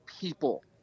people